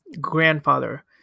grandfather